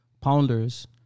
Pounders